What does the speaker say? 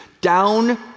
down